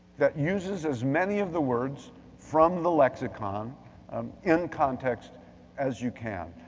that uses as many of the words from the lexicon in context as you can.